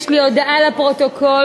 יש לי הודעה לפרוטוקול.